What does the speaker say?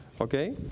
okay